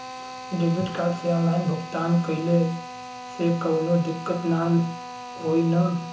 Debit card से online भुगतान कइले से काउनो दिक्कत ना होई न?